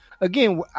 Again